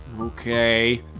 Okay